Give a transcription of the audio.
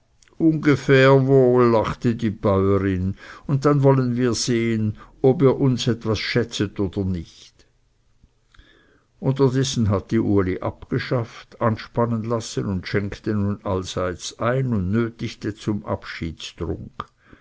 ungefähr wohl lachte die bäurin und dann wollen wir sehen ob ihr uns etwas schätzet oder nicht unterdessen hatte uli abgeschafft anspannen lassen und schenkte nun allseits ein und nötigte zum abschiedstrunk